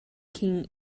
king